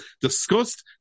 discussed